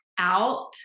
out